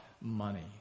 money